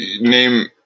name